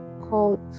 called